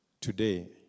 today